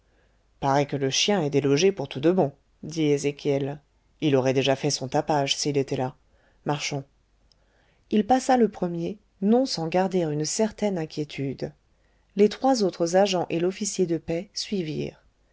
parait que le chien est délogé pour tout de bon dit ézéchiel il aurait déjà fait son tapage s'il était là marchons il passa le premier non sans garder une certaine inquiétude les trois autres agents et l'officier de paix suivirent